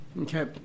Okay